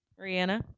Rihanna